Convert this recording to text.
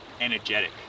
energetic